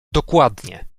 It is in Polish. dokładnie